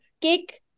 cake